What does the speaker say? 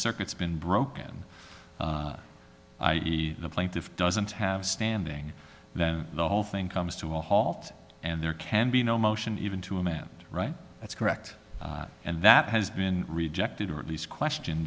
circuits been broken the plaintiff doesn't have standing then the whole thing comes to a halt and there can be no motion even to a man right that's correct and that has been rejected or at least question